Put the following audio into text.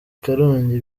karongi